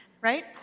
right